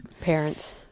parents